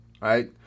right